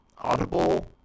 Audible